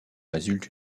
résulte